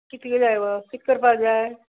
कितके जाय गो कितें करपाक जाय